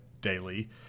daily